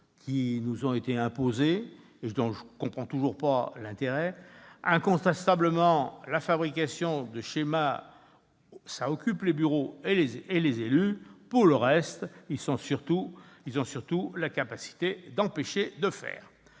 qui nous ont été imposés et dont je ne comprends toujours pas l'utilité. Incontestablement, la fabrication de « schémas » occupe les bureaux et les élus ... Pour le reste, ils ont surtout la capacité d'empêcher de faire.